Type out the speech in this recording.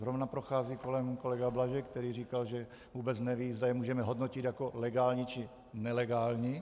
Zrovna prochází kolem kolega Blažek, který říkal, že vůbec neví, zda je můžeme hodnotit jako legální, či nelegální.